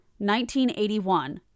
1981